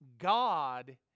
God